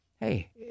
hey